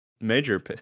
major